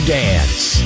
dance